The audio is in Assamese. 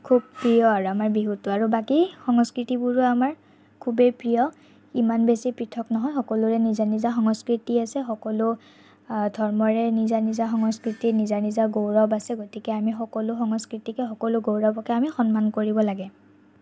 খুব প্ৰিয় আৰু আমাৰ বিহুতো আৰু বাকী সংস্কৃতিবোৰো আমাৰ খুবেই প্ৰিয় ইমান বেছি পৃথক নহয় সকলোৰে নিজা নিজা সংস্কৃতি আছে সকলো ধৰ্মৰে নিজা নিজা সংস্কৃতি নিজা নিজা গৌৰৱ আছে গতিকে আমি সকলো সংস্কৃতিকে সকলো গৌৰৱকে আমি সন্মান কৰিব লাগে